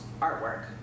artwork